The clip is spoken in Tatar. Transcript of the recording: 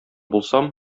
булсам